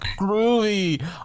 groovy